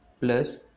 plus